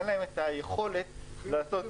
אין להם יכולת לעשות את זה.